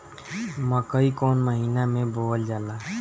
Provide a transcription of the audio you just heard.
मकई कौन महीना मे बोअल जाला?